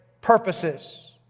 purposes